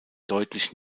deutlich